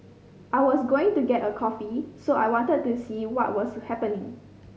I was going to get a coffee so I wanted to see what was happening